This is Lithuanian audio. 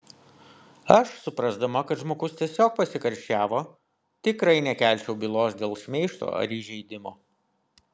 aš suprasdama kad žmogus tiesiog pasikarščiavo tikrai nekelčiau bylos dėl šmeižto ar įžeidimo